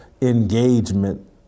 engagement